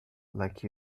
like